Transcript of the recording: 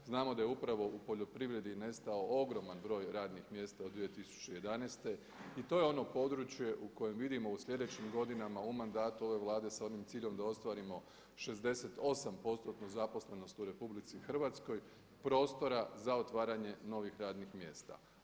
Znamo da je upravo u poljoprivredi nestao ogroman broj radnih mjesta od 2011. i to je ono područje u kojem vidimo u sljedećim godinama u mandatu ove Vlade sa onim ciljem da ostvarimo 68%-tnu zaposlenost u RH prostora za otvaranje novih radnih mjesta.